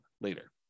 later